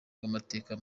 rw’amateka